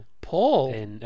paul